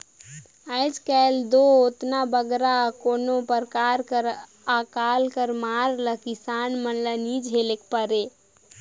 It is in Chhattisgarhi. आएज काएल दो ओतना बगरा कोनो परकार कर अकाल कर मार ल किसान मन ल नी झेलेक परे